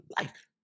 life